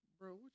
bro